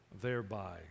thereby